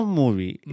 movie